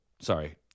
sorry